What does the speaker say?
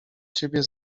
ciebie